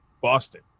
Boston